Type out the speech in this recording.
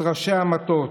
את ראשי המטות,